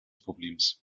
problems